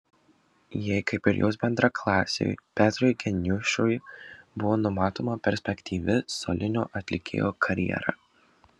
jai kaip ir jos bendraklasiui petrui geniušui buvo numatoma perspektyvi solinio atlikėjo karjera